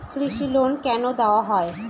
কৃষি লোন কেন দেওয়া হয়?